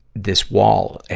this wall,